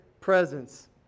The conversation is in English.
presence